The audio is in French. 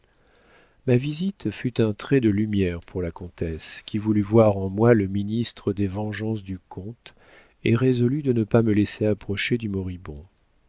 ma visite fut un trait de lumière pour la comtesse qui voulut voir en moi le ministre des vengeances du comte et résolut de ne pas me laisser approcher du moribond